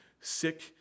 sick